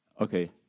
Okay